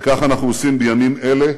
וכך אנחנו עושים בימים אלה,